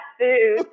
food